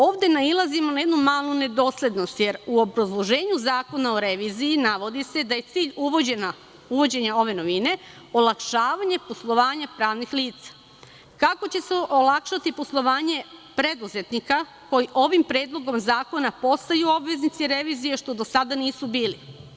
Ovde nailazimo na jednu malu nedoslednost, jer u obrazloženju zakona o reviziji navodi se da je cilj uvođenja ove novine olakšavanje poslovanja pravnih lica, kako će se olakšati poslovanje preduzetnika koji ovim predlogom zakona postaju obveznici revizije, što do sada nisu bili.